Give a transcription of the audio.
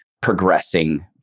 progressing